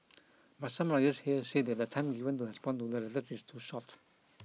but some lawyers here say that the time given to respond to the letters is too short